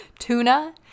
Tuna